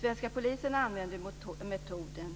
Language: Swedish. Svenska polisen använder metoden.